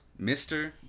Mr